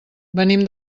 venim